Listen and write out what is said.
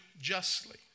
justly